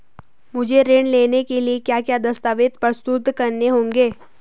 मुझे ऋण लेने के लिए क्या क्या दस्तावेज़ प्रस्तुत करने होंगे?